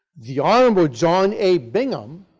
the honorable john a. bingham,